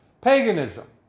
paganism